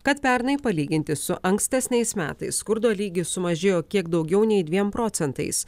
kad pernai palyginti su ankstesniais metais skurdo lygis sumažėjo kiek daugiau nei dviem procentais